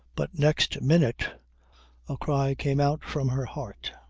but next minute a cry came out from her heart,